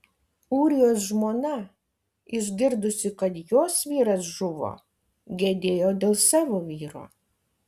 ūrijos žmona išgirdusi kad jos vyras žuvo gedėjo dėl savo vyro